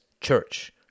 church